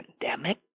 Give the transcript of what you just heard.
pandemic